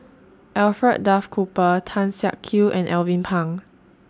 Alfred Duff Cooper Tan Siak Kew and Alvin Pang